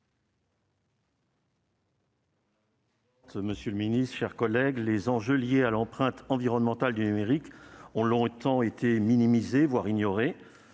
d'État, mes chers collègues, les enjeux liés à l'empreinte environnementale du numérique ont longtemps été minimisés, voire ignorés.